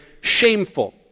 shameful